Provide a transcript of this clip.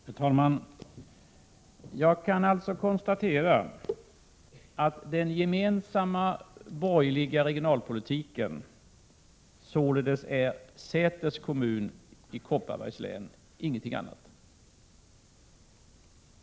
Herr talman! Jag kan alltså konstatera att den gemensamma borgerliga politiken således är Säters kommun i Kopparbergs län — ingenting annat.